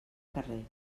carrer